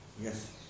Yes